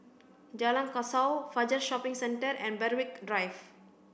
Jalan Kasau Fajar Shopping Centre and Berwick Drive